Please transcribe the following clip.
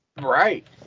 Right